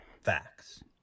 Facts